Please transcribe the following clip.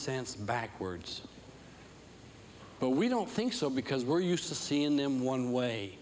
sense backwards but we don't think so because we're used to seeing them one way